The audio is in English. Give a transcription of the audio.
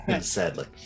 sadly